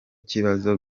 kibazo